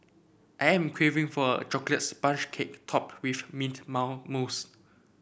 I am craving for a chocolate sponge cake topped with mint mousse